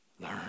Learn